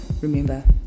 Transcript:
remember